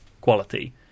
quality